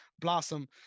blossom